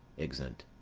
exeunt.